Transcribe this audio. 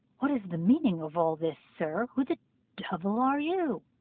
what is the meaning of all this, sir? who the devil are you?